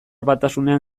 batasunean